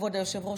כבוד היושב-ראש,